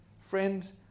Friends